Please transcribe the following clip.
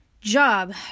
job